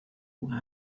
who